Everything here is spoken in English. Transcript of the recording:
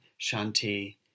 Shanti